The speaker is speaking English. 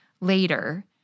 later